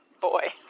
boy